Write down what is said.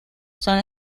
son